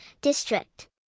District